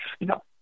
no